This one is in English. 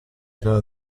known